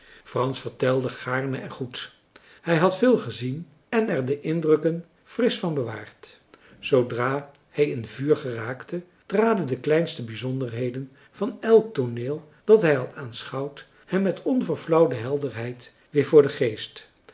frans vertelde gaarne en goed hij had veel gezien en er de indrukken frisch van bewaard zoodra hij in vuur geraakte traden de kleinste bijzonderheden van elk tooneel dat hij had aanschouwd hem met onverflauwde helderheid weer voor den geest